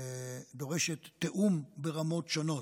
תיאום ברמות שונות.